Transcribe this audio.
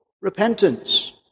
repentance